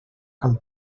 cal